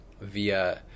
via